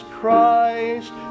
Christ